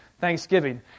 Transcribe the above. thanksgiving